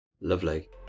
lovely